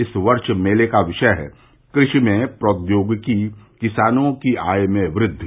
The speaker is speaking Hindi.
इस वर्ष मेले का विषय है कृषि में प्रौद्योगिकी किसानों की आय में वृद्धि